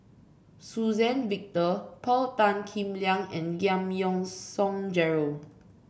Suzann Victor Paul Tan Kim Liang and Giam Yean Song Gerald